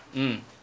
mm